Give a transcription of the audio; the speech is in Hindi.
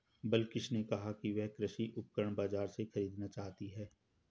बिलकिश ने कहा कि वह कृषि उपकरण बाजार से खरीदना चाहती है